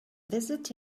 visit